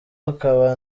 akaba